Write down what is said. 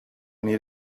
need